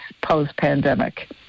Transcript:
post-pandemic